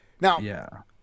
Now